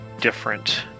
different